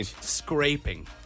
Scraping